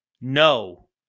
no